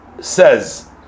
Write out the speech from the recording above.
says